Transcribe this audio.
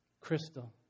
Crystal